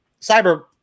Cyber